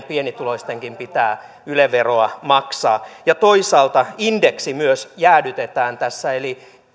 pienituloistenkin pitää yle veroa maksaa toisaalta indeksi myös jäädytetään tässä eli